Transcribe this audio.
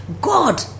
God